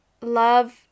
love